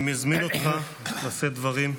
אני מזמין אותך לשאת דברים.